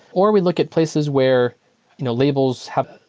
or we look at places where you know labels have,